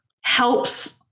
helps